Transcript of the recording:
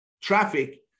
traffic